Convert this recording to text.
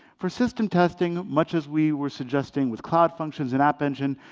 for system testing, much as we were suggesting with cloud functions and app engine,